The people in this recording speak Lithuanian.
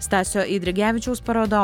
stasio eidrigevičiaus paroda